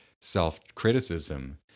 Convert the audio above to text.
self-criticism